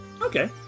Okay